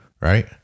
Right